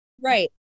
right